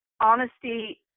honesty